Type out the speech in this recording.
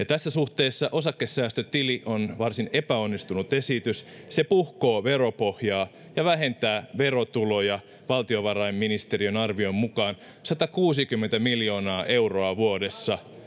tässä suhteessa osakesäästötili on varsin epäonnistunut esitys se puhkoo veropohjaa ja vähentää verotuloja valtiovarainministeriön arvion mukaan satakuusikymmentä miljoonaa euroa vuodessa